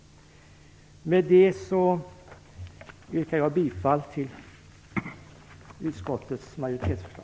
Med det yrkar jag bifall till utskottets majoritetsförslag.